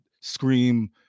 scream